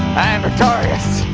victorious!